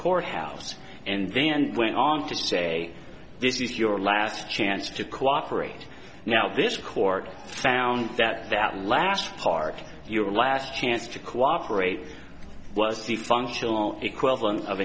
courthouse and then went on to say this is your last chance to cooperate now this court found that that last part your last chance to cooperate was the functional equivalent of